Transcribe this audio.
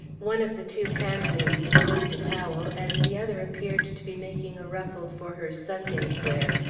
one of the two handmaidens hemmed a towel, and the other appeared to be making a ruffle, for her sunday's wear,